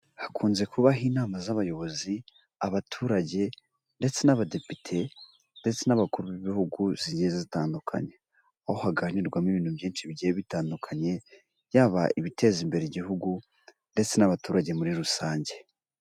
Hakunze kubaho inama z'abayobozi, abaturage, ndetse n'abadepite, ndetse n'abakuru b'ibihugu, zigiye zitandukanye. Aho haganirirwamo ibintu byinshi bigiye bitandukanye, yaba ibiteza imbere igihugu ndetse n'abaturage muri rusange.